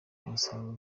umusaruro